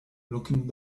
looking